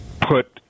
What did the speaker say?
put